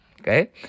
okay